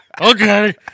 Okay